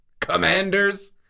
commanders